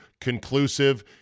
conclusive